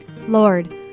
Lord